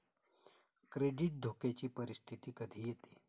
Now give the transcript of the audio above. credit धोक्याची परिस्थिती कधी येते